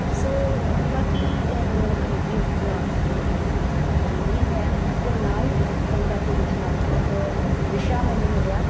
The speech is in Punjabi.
ਸੋ ਬਾਕੀ ਕਰੀਏਟਿਵ ਬਲਾਕ ਬਾਰੇ ਮੈਨੂੰ ਕੋਈ ਜਾਣਕਾਰੀ ਨਹੀਂ ਹੈ ਅਤੇ ਨਾ ਹੀ ਇਸ ਕਿਸਮ ਦਾ ਕੋਈ ਰਚਨਾਤਮਕ ਵਿਸ਼ਾ ਮੈਨੂੰ ਮਿਲਿਆ